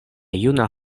juna